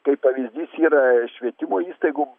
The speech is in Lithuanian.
kaip pavyzdys yra švietimo įstaigų